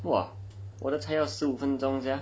!wah! 我的才要十五分钟 sia